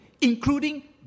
including